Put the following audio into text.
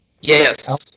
yes